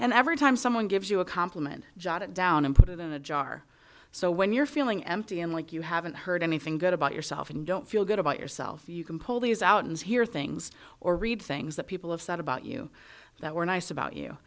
and every time someone gives you a complement jot it down and put it in a jar so when you're feeling empty and like you haven't heard anything good about yourself and don't feel good about yourself you can pull these out and hear things or read things that people have said about you that were nice about you